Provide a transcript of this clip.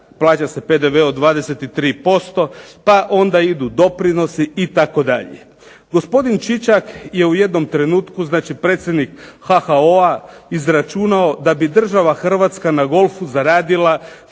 Plaća se PDV od 23% pa onda idu doprinosi itd. Gospodin Čičak je u jednom trenutku, znači predsjednik HHO-a izračunao da bi država Hrvatska na golfu zaradila